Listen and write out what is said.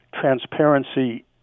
transparency